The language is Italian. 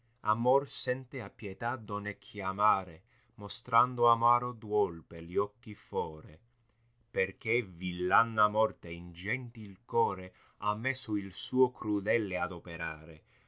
amor sente a pietà donne chiamare mostrando amaro dool per gli occhi fore perché villana morte in gentil core ha messo il suo crudele adoperare